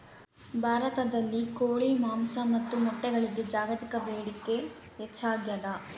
ಭಾರತದಲ್ಲಿ ಕೋಳಿ ಮಾಂಸ ಮತ್ತು ಮೊಟ್ಟೆಗಳಿಗೆ ಜಾಗತಿಕ ಬೇಡಿಕೆ ಹೆಚ್ಚಾಗ್ಯಾದ